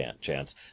chance